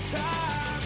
time